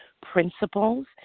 principles